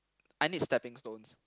I need stepping stones